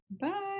Bye